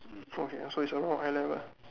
forget sorry sorry what eye level